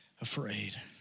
afraid